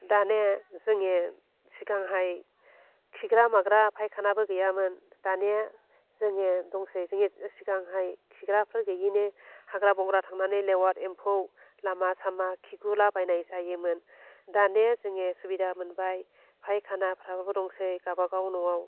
दाने जोंनि सिगांहाय खिग्रा माग्रा फायखानाबो गैयामोन दानिया जोंनिया दंसै जोंया सिगांहाय खिग्राफोर गैयैनि हाग्रा बंग्रा थांनानै लेवार एम्फौ लामा सामा खिगुला बायनाय जायोमोन दाने जोङो सुबिदा मोनबाय फायखानाफ्राबो दंसै गावबा गाव न'आव